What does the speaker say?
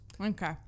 Okay